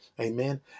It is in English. Amen